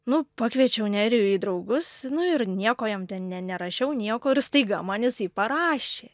nu pakviečiau nerijų į draugus nu ir nieko jam ne nerašiau nieko ir staiga man jisai parašė